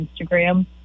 Instagram